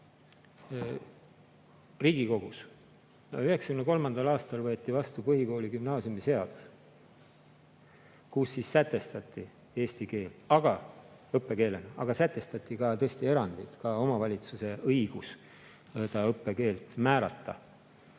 Riigikogus. 1993. aastal võeti vastu põhikooli‑ ja gümnaasiumiseadus, kus sätestati eesti keel õppekeelena, aga sätestati ka, tõesti, erandid, ka omavalitsuse õigus õppekeelt määrata.